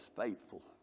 faithful